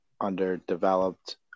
underdeveloped